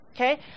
okay